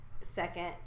second